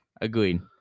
Agreed